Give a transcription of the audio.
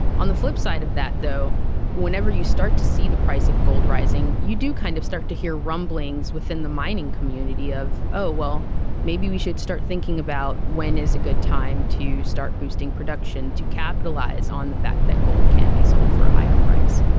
on the flip side of that though whenever you start to see the price of gold rising you do kind of start to hear rumblings within the mining community of oh well maybe we should start thinking about when is a good time to start boosting production to capitalize on the fact that gold can be sold for a higher price.